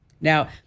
Now